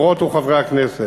הוא בא לשכנע אותי.